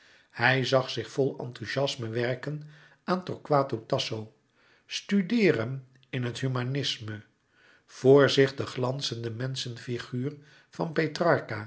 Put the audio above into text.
hij zag zich vol enthouziasme werken aan torquato tasso studeeren in het humanisme vr zich de glanzende menschen figuur van